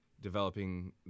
developing